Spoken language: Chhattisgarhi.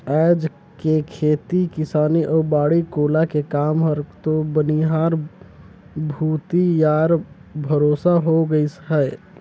आयज के खेती किसानी अउ बाड़ी कोला के काम हर तो बनिहार भूथी यार भरोसा हो गईस है